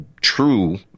true